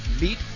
meet